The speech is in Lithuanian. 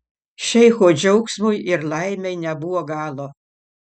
šeicho džiaugsmui ir laimei nebuvo galo